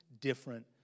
different